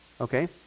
Okay